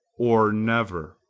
or never.